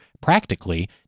practically